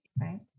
right